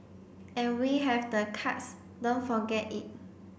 and we have the cards don't forget it